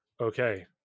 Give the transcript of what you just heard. Okay